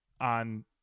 on